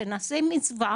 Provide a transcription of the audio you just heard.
שנעשה מצווה